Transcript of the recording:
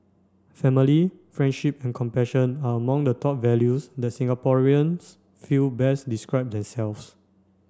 family friendship and compassion are among the top values that Singaporeans feel best describe themselves